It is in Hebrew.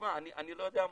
אני לא יודע מספיק,